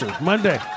Monday